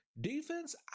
Defense